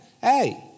hey